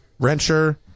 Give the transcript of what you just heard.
wrencher